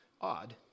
odd